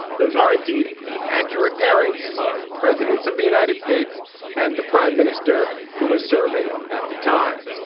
those are indeed accurate pairings of presidents of the united states and the prime minister who was serving at the time.